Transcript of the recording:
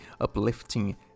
uplifting